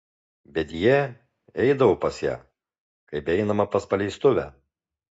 bet jie eidavo pas ją kaip einama pas paleistuvę